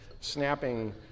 snapping